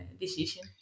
decision